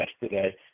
yesterday